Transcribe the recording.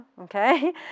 okay